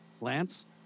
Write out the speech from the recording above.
Lance